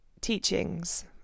teachings